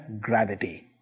gravity